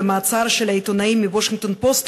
והמעצר של העיתונאי מה"וושינגטון פוסט",